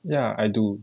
ya I do